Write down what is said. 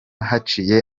haciye